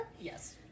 Yes